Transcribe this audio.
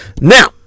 Now